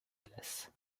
glace